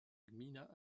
gmina